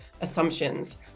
assumptions